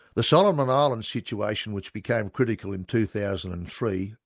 the solomon islands situation, which became critical in two thousand and three,